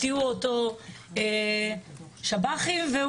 והוא חזר הביתה והפתיעו אותו שב"חים והוא